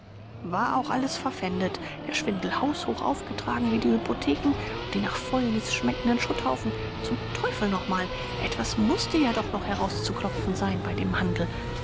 war auch alles verpfändet der schwindel haushoch aufgetragen wie die hypotheken und die nach fäulnis schmeckenden schutthaufen zum teufel nochmal etwas mußte ja doch noch herauszuklopfen sein bei dem handel